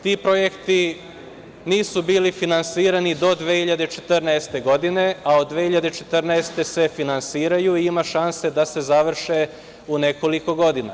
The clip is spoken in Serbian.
Ti projekti nisu bili finansirani do 2014. godine, a od 2014. godine se finansiraju i ima šanse da se završe u nekoliko godina.